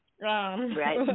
Right